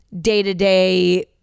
day-to-day